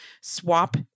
swap